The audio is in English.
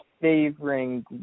favoring